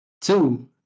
Two